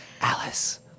Alice